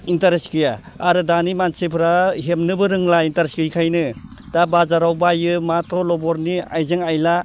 interest गैया आरो दानि मानसिफोरा हेबनोबो रोंला इन्टारेस्ट गैयिखायनो दा बाजाराव बायो मा तलबरनि आइजें आयला